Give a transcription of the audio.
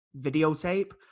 videotape